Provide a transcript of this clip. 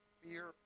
fear